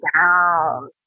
down